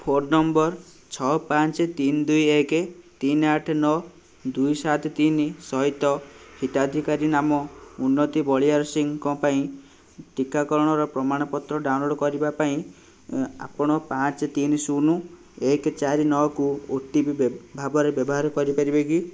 phone ନମ୍ବର ଛଅ ପାଞ୍ଚ ତିନି ଦୁଇ ଏକ ତିନି ଆଠ ନଅ ଦୁଇ ସାତ ତିନି ସହିତ ହିତାଧିକାରୀ ନାମ ଉନ୍ନତି ବଳିଆରସିଂହ ପାଇଁ ଟୀକାକରଣର ପ୍ରମାଣପତ୍ର ଡାଉନଲୋଡ଼୍ କରିବା ପାଇଁ ଆପଣ ପାଞ୍ଚ ତିନି ଶୂନ ଏକ ଚାରି ନଅକୁ ଓ ଟି ପି ଭାବରେ ବ୍ୟବହାର କରିପାରିବେ